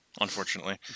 unfortunately